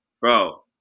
Bro